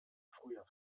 früher